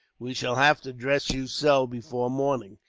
we shall have to dress you so, before morning.